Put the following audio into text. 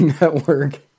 network